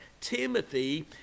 Timothy